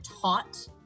taught